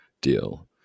deal